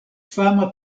fama